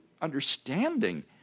understanding